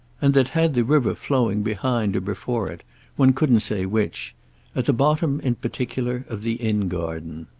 and that had the river flowing behind or before it one couldn't say which at the bottom, in particular, of the inn-garden.